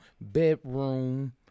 bedroom